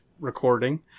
recording